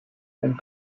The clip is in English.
and